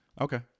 Okay